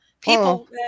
People